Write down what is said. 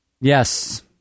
Yes